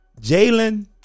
Jalen